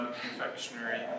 confectionery